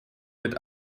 mit